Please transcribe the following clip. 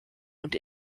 und